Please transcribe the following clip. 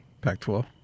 Pac-12